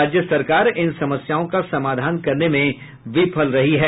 राज्य सरकार इन समस्यों का समाधान करने में विफल रही है